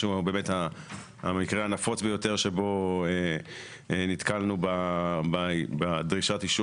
שהוא באמת המקרה הנפוץ ביותר שבו נתקלנו בדרישת אישור